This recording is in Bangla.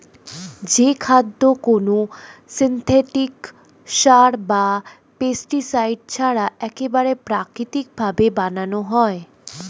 যে খাদ্য কোনো সিনথেটিক সার বা পেস্টিসাইড ছাড়া একবারে প্রাকৃতিক ভাবে বানানো হয়